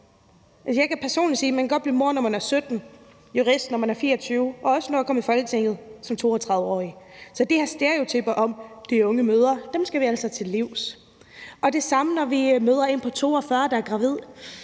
Jeg kan personligt sige, at man godt kan blive mor, når man er 17 år, jurist, når man er 24 år, og også nå at komme i Folketinget som 32-årig. Så de her stereotyper om de unge mødre skal vi altså til livs. Det samme gælder, når vi møder en på 42 år, der er gravid: